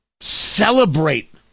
celebrate